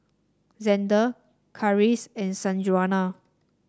Xander Karis and Sanjuana